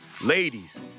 Ladies